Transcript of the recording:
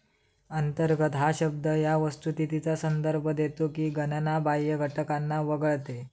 अंतर्गत हा शब्द या वस्तुस्थितीचा संदर्भ देतो की गणना बाह्य घटकांना वगळते